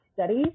studies